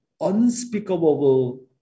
unspeakable